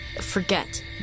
forget